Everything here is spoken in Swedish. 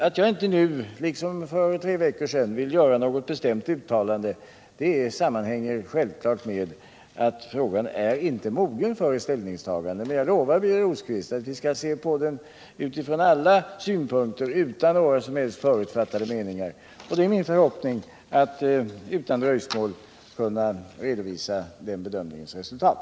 Att jag inte nu, liksom för tre veckor sedan, vill göra något bestämt uttalande sammanhänger självklart med att frågan inte är mogen för ett ställningstagande. Men jag lovar Birger Rosqvist att vi skall se på frågan utifrån alla synpunkter utan några som helst förutfattade meningar. Och det är min förhoppning att utan dröjsmål kunna redovisa den bedömningens resultat.